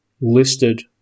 listed